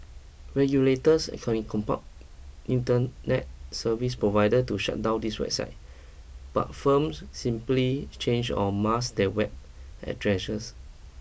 regulators can compel internet service provider to shut down these sites but firms simply change or mask their web addresses